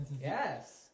Yes